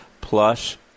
plus